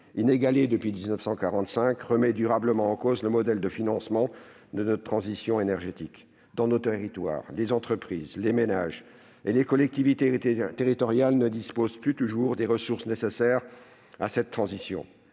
inégalée depuis 1945, remet durablement en cause le modèle de financement de notre transition énergétique. Dans nos territoires, les entreprises, les ménages et les collectivités territoriales ne disposent plus toujours des ressources nécessaires à cette transition.